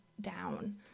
down